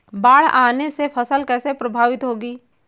बाढ़ आने से फसल कैसे प्रभावित होगी?